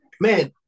Man